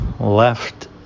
left